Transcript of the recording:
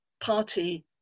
party